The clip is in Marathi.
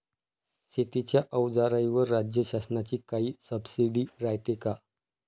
शेतीच्या अवजाराईवर राज्य शासनाची काई सबसीडी रायते का?